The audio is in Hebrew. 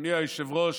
אדוני היושב-ראש,